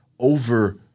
Over